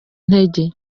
intege